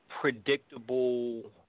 predictable